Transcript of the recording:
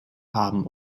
haben